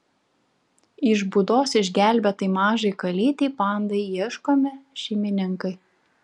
iš būdos išgelbėtai mažai kalytei pandai ieškomi šeimininkai